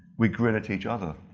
we grin at each other.